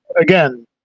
again